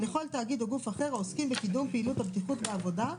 לכל תאגיד או גוף אחר העוסקים בקידום פעולות הבטיחות בעבודה,